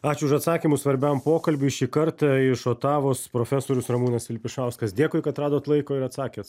ačiū už atsakymus svarbiam pokalbiui šį kartą iš otavos profesorius ramūnas vilpišauskas dėkui kad radot laiko ir atsakėt